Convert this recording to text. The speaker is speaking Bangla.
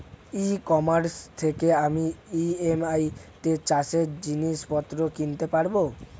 ই কমার্স থেকে আমি ই.এম.আই তে চাষে জিনিসপত্র কিনতে পারব?